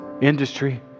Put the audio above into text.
industry